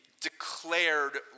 declared